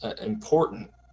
important